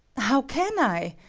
how can i?